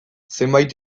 zenbait